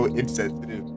insensitive